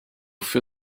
für